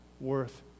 worth